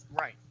Right